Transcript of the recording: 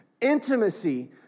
Intimacy